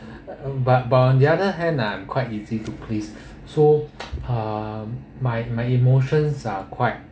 but but on the other hand uh I'm quite easy to please so um my my emotions are quite